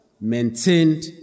maintained